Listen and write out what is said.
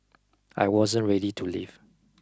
I wasn't ready to leave